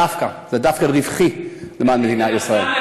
דווקא, זה דווקא רווחי, למען מדינת ישראל.